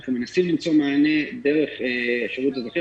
אנחנו מנסים למצוא מענה דרך השירות האזרחי.